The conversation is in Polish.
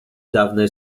dawne